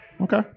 Okay